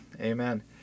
amen